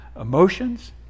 emotions